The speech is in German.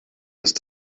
ist